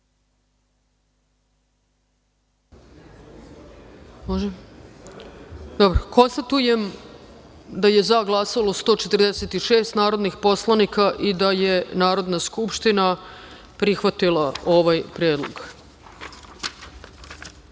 jedinici. Konstatujem da je za glasalo 146 narodnih poslanika i da je Narodna skupština prihvatila ovaj predlog. Pod